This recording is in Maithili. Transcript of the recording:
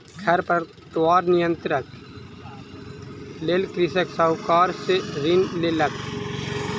खरपतवार नियंत्रणक लेल कृषक साहूकार सॅ ऋण लेलक